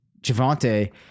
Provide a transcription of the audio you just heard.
Javante